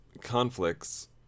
conflicts